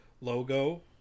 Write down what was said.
logo